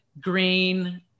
green